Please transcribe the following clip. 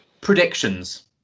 predictions